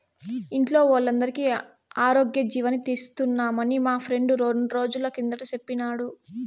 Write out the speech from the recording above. ఇంట్లో వోల్లందరికీ ఆరోగ్యజీవని తీస్తున్నామని మా ఫ్రెండు రెండ్రోజుల కిందట సెప్పినాడు